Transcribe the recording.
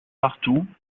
partout